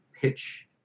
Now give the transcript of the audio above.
pitch